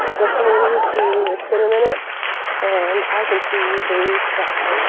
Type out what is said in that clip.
listening to it's been and and ah and i can see blue sky